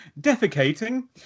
defecating